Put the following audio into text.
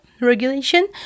regulation